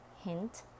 hint